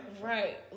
Right